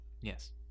Yes